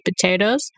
potatoes